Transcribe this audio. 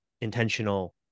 intentional